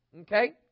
Okay